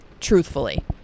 truthfully